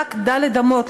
במרחק ד' אמות,